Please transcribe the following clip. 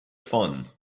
fun